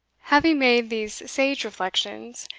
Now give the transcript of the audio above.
having made these sage reflections,